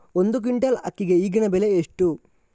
ಒಂದು ಕ್ವಿಂಟಾಲ್ ಅಕ್ಕಿಗೆ ಈಗಿನ ಬೆಲೆ ಎಷ್ಟು?